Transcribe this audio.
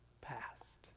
past